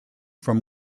from